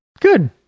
Good